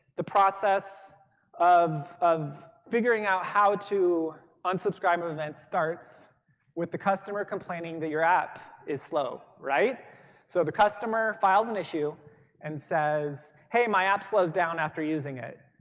the process of of figuring out how to unsubscribe event starts with the customer complaining that your app is slow. so the customer files an issue and says, hey, my app slows down after using it.